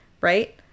right